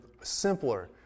simpler